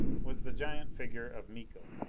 was the giant figure of miko.